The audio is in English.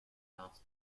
last